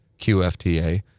QFTA